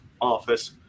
office